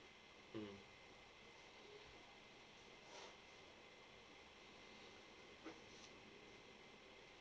mm